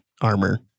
armor